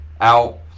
out